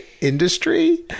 industry